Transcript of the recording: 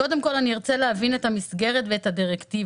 קודם כל, אני ארצה להבין את המסגרת ואת הדירקטיבה.